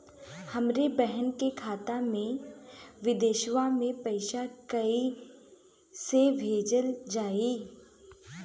हमरे बहन के खाता मे विदेशवा मे पैसा कई से भेजल जाई?